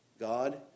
God